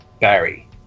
Barry